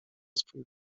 swój